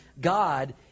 God